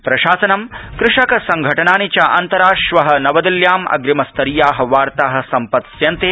प्रशासनं कृषकसङ्घटनानि च अन्तरा श्व नवपिल्ल्यां अग्रिमस्तरीया वार्ता सम्पत्स्यन्ते